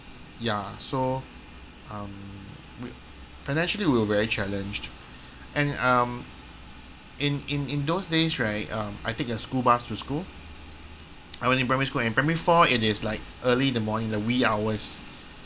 ya so um we~ financially we were very challenged and um in in in those days right uh I take a school bus to school I was in primary school and primary four it is like early in the morning the wee hours